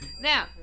Now